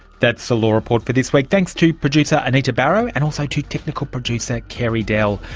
that's the law report for this week. thanks to producer anita barraud, and also to technical producer carey dell.